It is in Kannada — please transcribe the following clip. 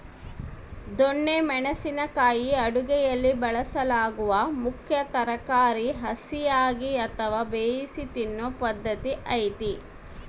ದೊಣ್ಣೆ ಮೆಣಸಿನ ಕಾಯಿ ಅಡುಗೆಯಲ್ಲಿ ಬಳಸಲಾಗುವ ಮುಖ್ಯ ತರಕಾರಿ ಹಸಿಯಾಗಿ ಅಥವಾ ಬೇಯಿಸಿ ತಿನ್ನೂ ಪದ್ಧತಿ ಐತೆ